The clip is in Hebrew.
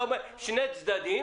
אתה אומר, שני צדדים